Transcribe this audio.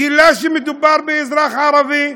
גילה שמדובר באזרח ערבי.